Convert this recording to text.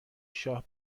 شاه